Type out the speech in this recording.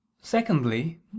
Secondly